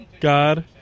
God